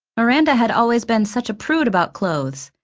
miranda had always been such a prude about clothes,